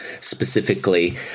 specifically